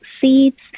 seeds